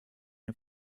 den